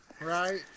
Right